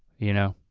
you know.